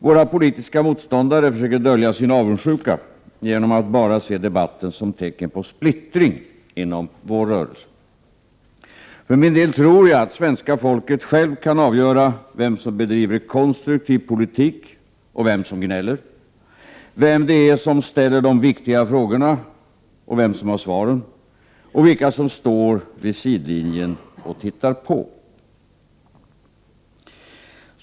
Våra politiska motståndare försöker dölja sin avundsjuka genom att bara se debatten som tecken på splittring inom vår rörelse. För min del tror jag att svenska folket självt kan avgöra vem som bedriver konstruktiv politik och vem som gnäller, vem det är som ställer de viktiga frågorna och vem som har svaren — och vilka som står vid sidlinjen och tittar på.